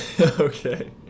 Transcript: okay